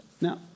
Now